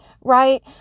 right